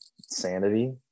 sanity